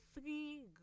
three